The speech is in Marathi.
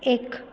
एक